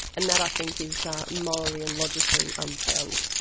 and that i think is morally and logically unsound.